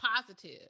positive